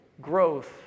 growth